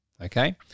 Okay